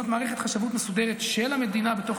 לבנות מערכת חשבות מסודרת של המדינה בתוך